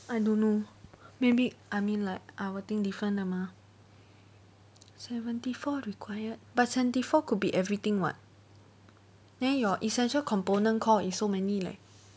I don't know maybe I mean like our thing different 的 mah seventy four required but seventy four could be everything [what] then your essential component core is so many leh